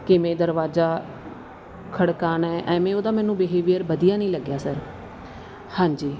ਕਿਵੇਂ ਦਰਵਾਜ਼ਾ ਖੜਕਾਉਣਾ ਐਵੇਂ ਉਹਦਾ ਮੈਨੂੰ ਬਿਹੇਵੀਅਰ ਵਧੀਆ ਨਹੀਂ ਲੱਗਿਆ ਸਰ ਹਾਂਜੀ